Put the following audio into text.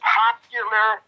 popular